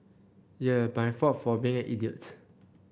yeah my fault for being an idiot